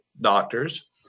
doctors